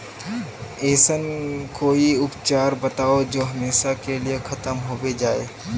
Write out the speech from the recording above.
ऐसन कोई उपचार बताऊं जो हमेशा के लिए खत्म होबे जाए?